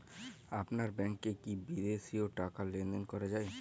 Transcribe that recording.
আপনার ব্যাংকে কী বিদেশিও টাকা লেনদেন করা যায়?